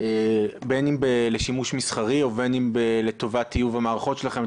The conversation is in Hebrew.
בין אם לשימוש מסחרי ובין אם לטובת טיוב המערכות שלכם,